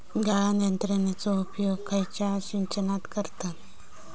गाळण यंत्रनेचो उपयोग खयच्या सिंचनात करतत?